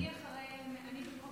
אני אחרי כן.